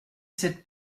cette